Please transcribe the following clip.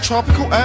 Tropical